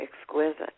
exquisite